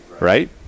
Right